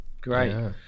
great